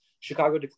Chicago